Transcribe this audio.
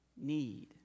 need